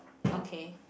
okay